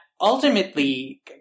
ultimately